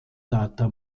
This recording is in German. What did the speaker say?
data